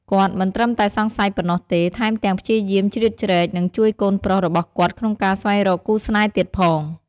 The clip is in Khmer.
គាត់មិនត្រឹមតែសង្ស័យប៉ុណ្ណោះទេ ថែមទាំងព្យាយាមជ្រៀតជ្រែក និងជួយកូនប្រុសរបស់គាត់ក្នុងការស្វែងរកគូស្នេហ៍ទៀតផង។